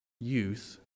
Youth